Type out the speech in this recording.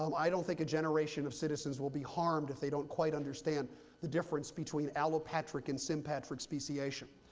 um i don't think a generation of citizens will be harmed if they don't quite understand the difference between allopatric and sympatric speciation.